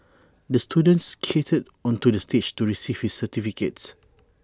the student skated onto the stage to receive his certificate